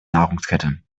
nahrungskette